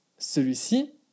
Celui-ci